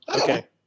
Okay